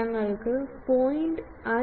ഞങ്ങൾക്ക് 0